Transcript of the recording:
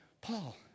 Paul